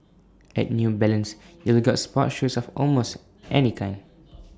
at new balance you will get sports shoes of almost any kind